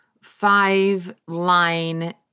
five-line